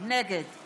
נגד